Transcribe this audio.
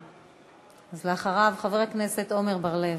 אז אחריו, חבר הכנסת עמר בר-לב.